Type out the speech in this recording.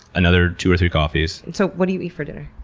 another two or three coffees. so what do you eat for dinner?